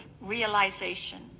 realization